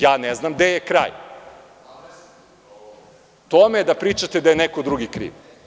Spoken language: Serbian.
Ja ne znam gde je kraj tome da pričate da je neko drugi kriv.